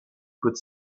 could